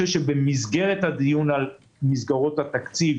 במסגרת הדיון על מסגרות התקציב